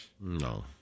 No